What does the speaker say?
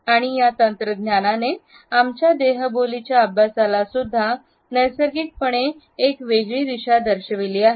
आणि या तंत्रज्ञानाने आमच्या देहबोलीचे अभ्यासाला सुद्धा नैसर्गिकपणे एक वेगळी दिशा दर्शविली आहे